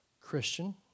Christian